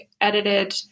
edited